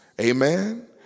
amen